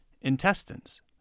intestines